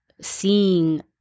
seeing